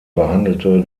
behandelte